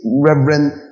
Reverend